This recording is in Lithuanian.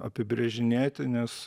apibrėžinėti nes